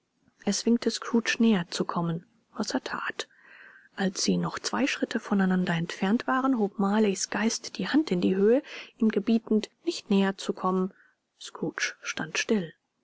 es winkte scrooge näher zu kommen was er that als sie noch zwei schritte voneinander entfernt waren hob marleys geist die hand in die höhe ihm gebietend nicht näher zu kommen scrooge stand still